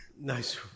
nice